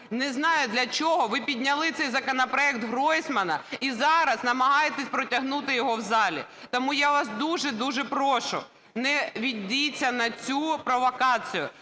не знаю, для чого ви підняли цей законопроект Гройсмана і зараз намагаєтесь протягнути його в залі. Тому я вас дуже-дуже прошу: не ведіться на цю провокацію,